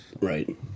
Right